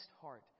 heart